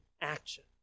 action